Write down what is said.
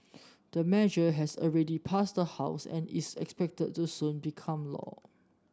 the measure has already passed the House and is expected to soon become law